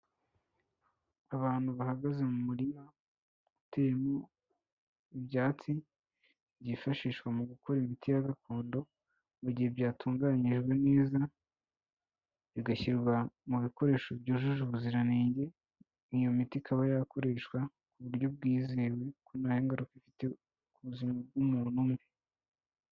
Abantu bahagaze mu murima uteyemo ibyatsi byifashishwa mu gukora imiti ya gakondo, mu gihe byatunganyijwe neza, bigashyirwa mu bikoresho byujuje ubuziranenge, iyo miti ikaba yakoreshwa ku buryo bwizewe kuko ntangaruka ifite ku buzima bw'umuntu umwe.